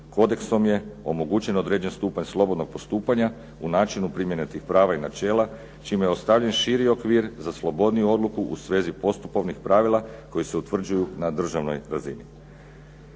Kodeksom je omogućen određeni stupanj slobodnog postupanja u načinu primjene tih prava i načela čime je ostavljen širi okvir za slobodniju odluku u svezi postupovnih pravila koja se utvrđuju na državnoj razini.